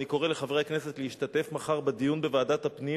אני קורא לחברי הכנסת להשתתף מחר בוועדת הפנים